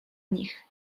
nich